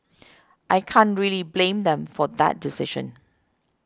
I can't really blame them for that decision